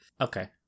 okay